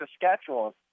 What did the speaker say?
Saskatchewan